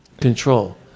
control